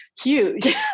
huge